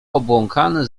obłąkany